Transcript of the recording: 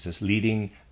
Leading